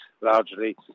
largely